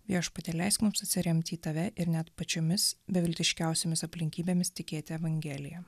viešpatie leisk mums atsiremti į tave ir net pačiomis beviltiškiausiomis aplinkybėmis tikėti evangelija